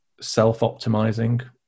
self-optimizing